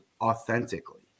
authentically